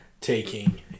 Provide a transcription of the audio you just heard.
taking